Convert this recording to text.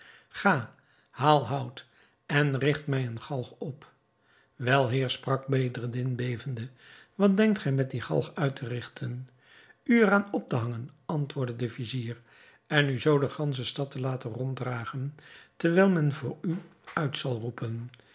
ga haal hout en rigt mij eene galg op wel heer sprak bedreddin bevende wat denkt gij met die galg uit te rigten u er aan op te hangen antwoordde de vizier en u zoo de gansche stad te laten ronddragen terwijl men voor u uit zal roepen